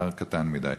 ההר קטן מדי.